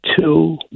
two